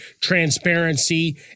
transparency